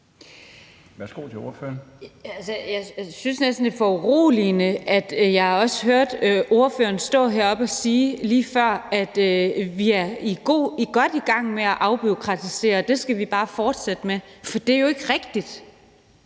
Jeg syntes næsten, det var foruroligende, da jeg lige før hørte ordføreren stå heroppe og sige, at vi er godt i gang med at afbureaukratisere, og at det skal vi bare fortsætte med. For det er jo ikke rigtigt.